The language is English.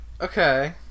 Okay